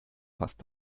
passt